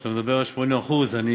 כשאתה מדבר על 80% גם